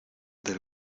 del